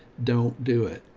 don't do it.